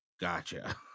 Gotcha